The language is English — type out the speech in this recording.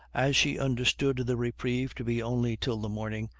as she understood the reprieve to be only till the morning,